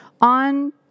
on